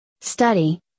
study